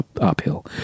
uphill